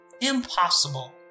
impossible